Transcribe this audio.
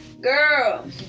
girl